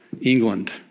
England